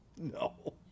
No